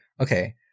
okay